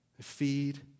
Feed